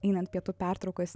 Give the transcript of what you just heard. einant pietų pertraukas